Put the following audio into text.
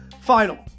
final